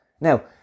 Now